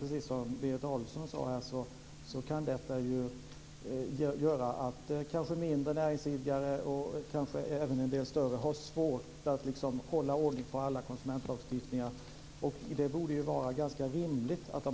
Precis som Berit Adolfsson sade kan det för en mindre näringsidkare, och kanske även för en del större, vara svårt att hålla ordning på alla konsumentlagstiftningar. Det borde därför vara ganska rimligt att